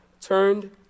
turned